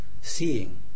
seeing